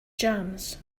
jams